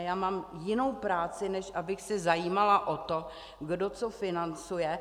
Já mám jinou práci, než abych se zajímala o to, kdo co financuje.